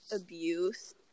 abuse